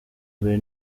mbere